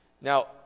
Now